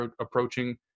approaching